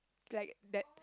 like that